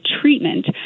treatment